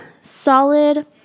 solid